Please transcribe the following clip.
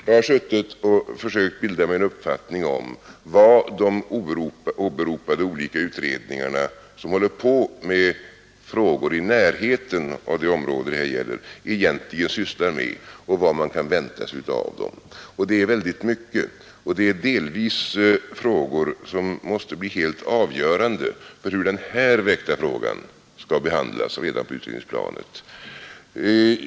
Jag har suttit och försökt bilda mig en uppfattning om vad de olika åberopade utredningarna — som arbetar med frågor i närheten av det område det här gäller — egentligen sysslar med och vad man kan vänta sig av dem. Det är väldigt mycket, och det är delvis frågor som måste bli helt avgörande för hur den här väckta frågan skall behandlas redan på utredningsplanet.